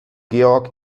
georg